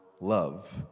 love